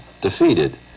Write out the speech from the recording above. defeated